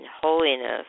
holiness